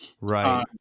Right